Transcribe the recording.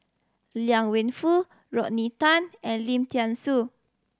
Liang Wenfu Rodney Tan and Lim Thean Soo